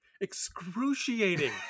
excruciating